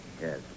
Yes